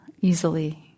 easily